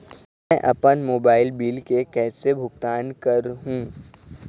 मैं अपन mobile bill के कैसे भुगतान कर हूं?